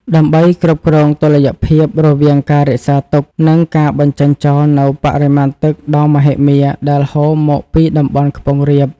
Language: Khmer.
ដើម្បីគ្រប់គ្រងតុល្យភាពរវាងការរក្សាទុក និងការបញ្ចេញចោលនូវបរិមាណទឹកដ៏មហិមាដែលហូរមកពីតំបន់ខ្ពង់រាប។